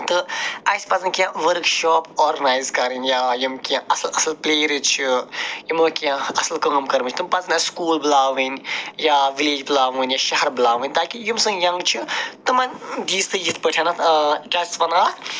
تہٕ اَسہِ پَزَن کیٚنہہ ؤرٕک شاپ آرگٕنایِز کَرٕنۍ یا یِم کیٚنہہ اَصٕل اَصٕل چھِ یِمو کیٚنہہ اَصٕل کٲم کٔرٕمٕژ تِم پَزَن اَسہِ سُکوٗل بُلاوٕنۍ یا ولیج بُلاوٕنۍ یا شہر بُلاوٕنۍ تاکہِ یِم سٲنۍ ینگ چھِ تِمَن یِتھ پٲٹھۍ کیٛاہ چھِ أسۍ وَنان اَتھ